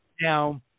now